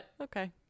okay